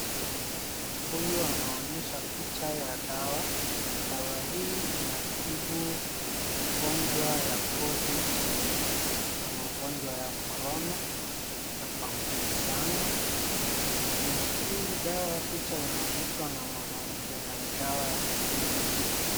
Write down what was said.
Huyu anaonyesha picha ya dawa. Dawa hii inatibu ugonjwa ya COVID na magonjwa ya Korona ya kwaambukizana. Na hii dawa picha inaonyeshwa na mwanamke na ni dawa ya kukunywa.